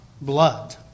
blood